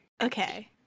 Okay